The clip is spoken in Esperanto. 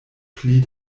pli